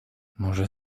może